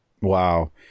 wow